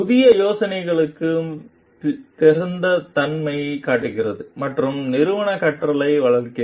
புதிய யோசனைகளுக்கு திறந்த தன்மையைக் காட்டுகிறது மற்றும் நிறுவன கற்றலை வளர்க்கிறது